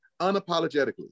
unapologetically